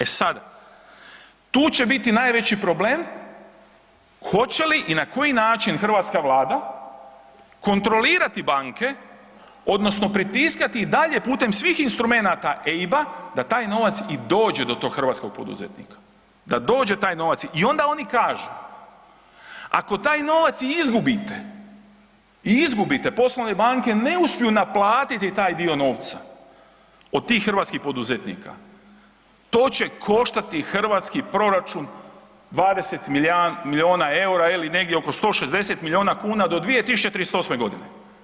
E sada, tu će biti najveći problem hoće li i na koji način hrvatska Vlada kontrolirati banke odnosno pritiskati i dalje putem svih instrumenata EIB-a da taj novac i dođe do tog hrvatskog poduzetnika, da dođe taj novac i onda oni kažu ako taj novac i izgubite, i izgubite, poslovne banke ne uspiju naplatiti taj dio novca, od tih hrvatskih poduzetnika, to će koštati hrvatski proračun 20 milijuna eura ili negdje oko 160 milijuna kuna do 2038. godine.